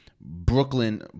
Brooklyn